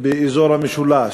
באזור המשולש,